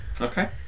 okay